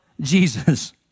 Jesus